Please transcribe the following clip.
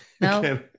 No